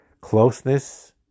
closeness